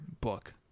book